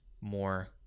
more